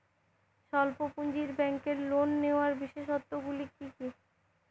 স্বল্প পুঁজির ব্যাংকের লোন নেওয়ার বিশেষত্বগুলি কী কী?